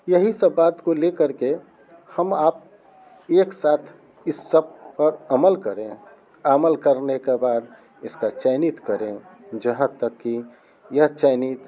यही सब बात को लेकर के हम आप एक साथ इस सब पर अमल करें अमल करने के बाद इसका चयनित करें जहर तक की यह चयनित